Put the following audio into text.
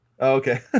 Okay